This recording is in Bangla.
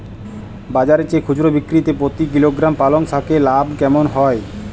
বাজারের চেয়ে খুচরো বিক্রিতে প্রতি কিলোগ্রাম পালং শাকে লাভ কেমন হয়?